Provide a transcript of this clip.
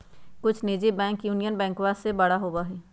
कुछ निजी bank union बैंकवा से बड़ा हई